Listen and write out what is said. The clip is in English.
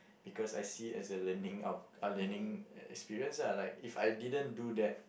because I see it as a learning out~ uh learning experience lah like if I didn't do that